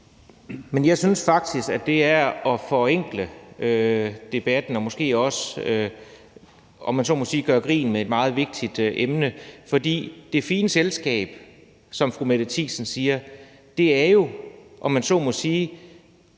(S): Jeg synes faktisk, at det er at forenkle debatten og måske også, om man så må sige, at gøre grin med et meget vigtigt emne. For det fine selskab, som fru Mette Thiesen siger det, er jo, om man så må sige,